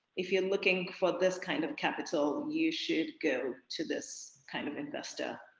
if you are looking for this kind of capital, you should go to this kind of investor.